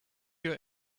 your